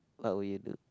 what would you do